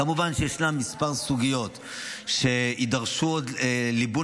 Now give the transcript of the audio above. כמובן שישנן מספר סוגיות שיידרשו לליבון